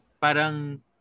parang